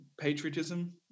patriotism